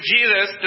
Jesus